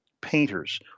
painters